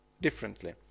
differently